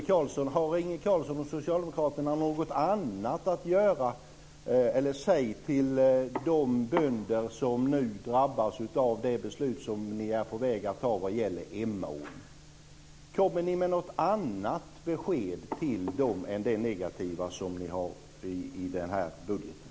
Carlsson och socialdemokraterna något annat att säga till de bönder som nu drabbas av det beslut som ni är på väg att ta vad gäller Emån? Kommer ni med något annat besked till dem än det negativa som ni har i den här budgeten?